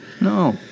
no